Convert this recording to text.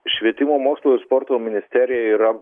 švietimo mokslo ir sporto ministerijai yra